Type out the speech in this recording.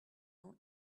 ans